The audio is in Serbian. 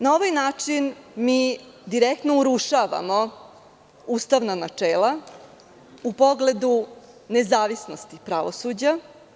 Na ovaj način mi direktno urušavamo ustavna načela u pogledu nezavisnosti pravosuđa.